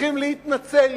צריכים להתנצל.